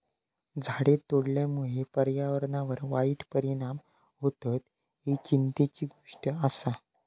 झाडे तोडल्यामुळे पर्यावरणावर वाईट परिणाम होतत, ही चिंतेची गोष्ट आसा